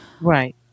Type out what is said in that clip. right